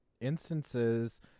instances